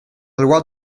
loi